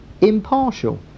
impartial